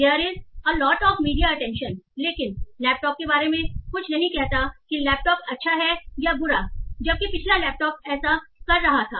there is a lot of media attention लेकिन laptop के बारे में कुछ नहीं कहता कि लैपटॉप अच्छा है या बुरा जबकि पिछला लैपटॉप ऐसा कर रहा था